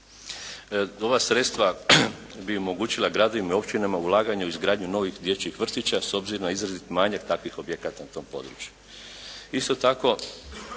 Ova sredstva bi omogućila gradovima i općinama ulaganje u izgradnju novih dječjih vrtića s obzirom na izrazit manjak takvih objekata na tom području.